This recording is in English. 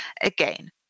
Again